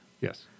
Yes